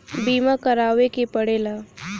बीमा करावे के पड़ेला